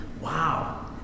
Wow